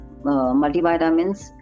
multivitamins